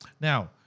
Now